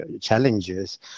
challenges